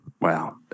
wow